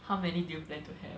how many do you plan to have